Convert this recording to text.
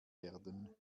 werden